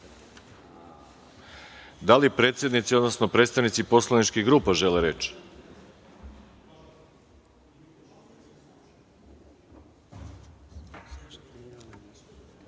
li predsednici, odnosno predstavnici poslaničkih grupa žele reč?